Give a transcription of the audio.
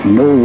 no